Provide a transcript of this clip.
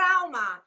trauma